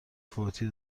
فوتی